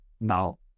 Now